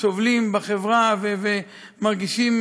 סובלים בחברה ומרגישים,